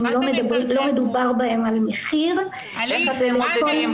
לא מדובר בהם על מחיר --- מה זה איכות?